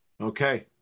Okay